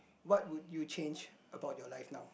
what would you change about your life now